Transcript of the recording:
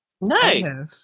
No